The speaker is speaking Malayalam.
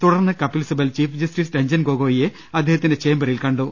തുടർന്ന് കപിൽ സിബൽ ചീഫ്ജസ്റ്റിസ് രഞ്ജൻ ഗൊഗോയിയെ അദ്ദേഹത്തിന്റെ ചേംബറിൽ കണ്ടു